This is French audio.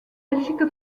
belgique